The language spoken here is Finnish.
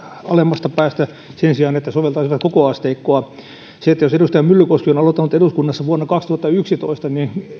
alemmasta päästä sen sijaan että soveltaisivat koko asteikkoa jos edustaja myllykoski on aloittanut eduskunnassa vuonna kaksituhattayksitoista